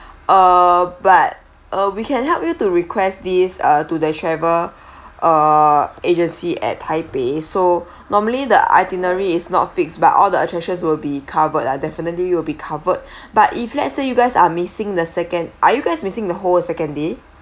uh but uh we can help you to request these ah to the travel uh agency at taipei so normally the itinerary is not fixed by all the attractions will be covered lah definitely it'll be covered but if let's say you guys are missing the second are you guys missing the whole of second day